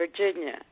Virginia